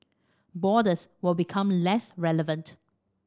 borders will become less relevant